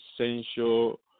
essential